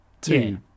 two